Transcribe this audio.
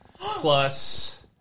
plus